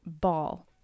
ball